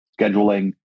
scheduling